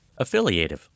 Affiliative